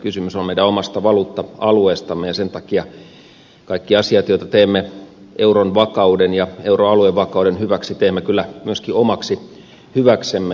kysymys on meidän omasta valuutta alueestamme ja sen takia kaikki asiat joita teemme euron vakauden ja euroalueen vakauden hyväksi teemme kyllä myöskin omaksi hyväksemme